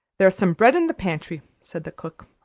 there's some bread in the pantry, said the cook.